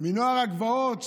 מנוער הגבעות,